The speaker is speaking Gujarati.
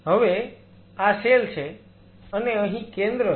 હવે આ સેલ છે અને અહીં કેન્દ્ર છે